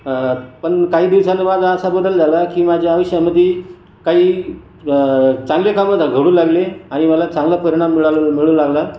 पण काही दिवसांनी माझा असा बदल झाला की माझ्या आयुष्यामध्ये काही चांगले कामं झा घडू लागले आणि मला चांगला परिणाम मिळाळळ् मिळू लागला